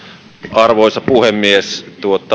arvoisa puhemies